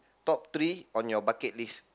top three on your bucket list